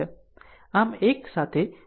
આમ સમીકરણ 3 અને 4 માં અવેજી 2 અને 5 સમીકરણ છે